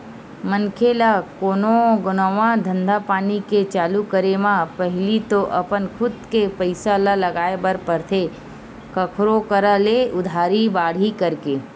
मनखे ल कोनो नवा धंधापानी के चालू करे म पहिली तो अपन खुद के पइसा ल लगाय बर परथे कखरो करा ले उधारी बाड़ही करके